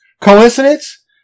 Coincidence